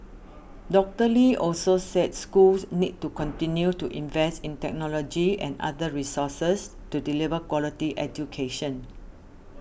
Doctor Lee also said schools need to continue to invest in technology and other resources to deliver quality education